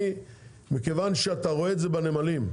אתה רואה בנמלים,